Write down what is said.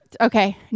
Okay